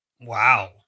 Wow